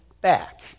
back